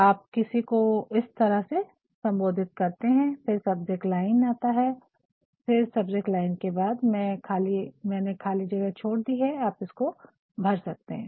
आप किसी को इस तरह सम्बोधित करते है फिर सब्जेक्ट लाइन आता है और फिर सब्जेक्ट लाइन के बाद मैंने खाली जगह छोड़ दी है आप इसको भर सकते है